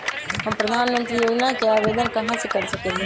हम प्रधानमंत्री योजना के आवेदन कहा से कर सकेली?